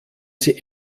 sie